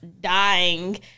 dying